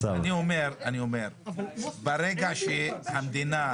ברגע שהמדינה,